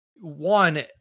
one